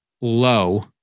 low